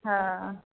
ہاں